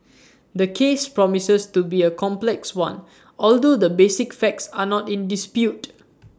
the case promises to be A complex one although the basic facts are not in dispute